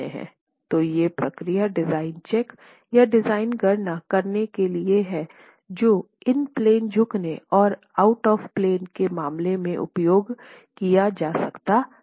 तो ये प्रक्रियाएं डिज़ाइन चेक या डिज़ाइन गणना करने के लिए हैं जो इन प्लेन झुकने और आउट ऑफ़ प्लेन के मामले में उपयोग किया जा सकता है